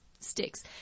sticks